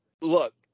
look